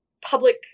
public